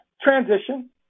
transition